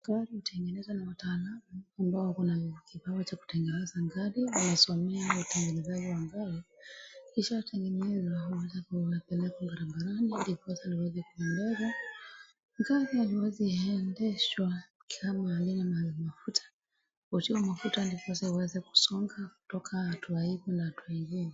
Gari hutegenezwa na wataalamu ambao wakona kipawa cha kutengeneza gari wamesomea utengenezaji wa gari. Ikisha tengenezwa huweza kupelekwa barabarani ndiposa iweze kuendeshwa. Gari haliwezi endeshwa kama halina mafuta hutiwa mafuta ndiposa iweze kusonga kutoka hatua hii hadi hatua ingine.